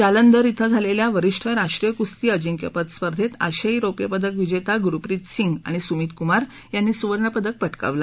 जालंदर श्री झालेल्या वरिष्ठ राष्ट्रीय कुस्ती अजिंक्यपद स्पर्धेत आशियाई रौप्य पदक विजेता गुरप्रित सिंग आणि सुमित कुमार यांनी सुवर्ण पदक पटाकवलं